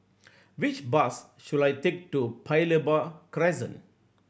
which bus should I take to Paya Lebar Crescent